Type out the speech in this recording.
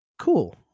cool